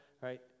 right